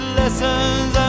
lessons